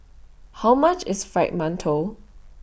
How much IS Fried mantou